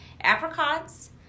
Apricots